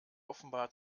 offenbar